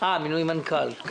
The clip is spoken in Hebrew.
במינוי מנכ"ל.